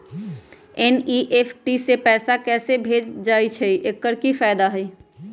NEFT से पैसा कैसे भेजल जाइछइ? एकर की फायदा हई?